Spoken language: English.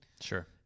Sure